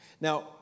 Now